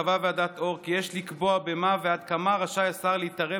קבעה ועדת אור כי יש לקבוע במה ועד כמה רשאי השר להתערב